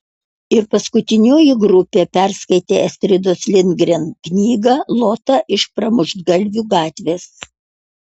ir paskutinioji grupė perskaitė astridos lindgren knygą lota iš pramuštgalvių gatvės